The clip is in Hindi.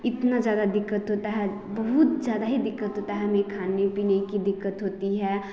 इतना ज़्यादा दिक्कत होता है बहुत ज़्यादा ही दिक्कत होता है खाने पीने की दिक्कत होती है